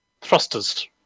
thrusters